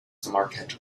marquette